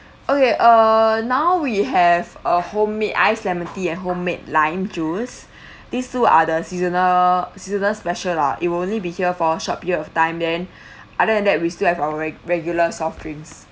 okay uh now we have uh homemade ice lemon tea and homemade lime juice these two are the seasonal seasonal special lah it'll only be here for a short period of time then other than that we still have our reg~ regular soft drinks